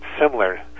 similar